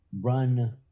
run